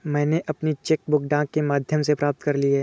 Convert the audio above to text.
मैनें अपनी cheque book डाक के माध्यम से प्राप्त कर ली है